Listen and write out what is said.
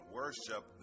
worship